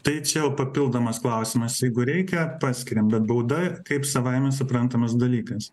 tai čia jau papildomas klausimas jeigu reikia paskiriam bet bauda kaip savaime suprantamas dalykas